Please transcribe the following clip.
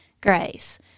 grace